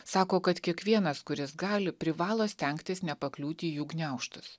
sako kad kiekvienas kuris gali privalo stengtis nepakliūti į jų gniaužtus